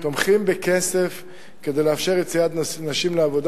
תומכים בכסף כדי לאפשר יציאת נשים לעבודה.